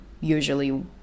usually